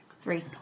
Three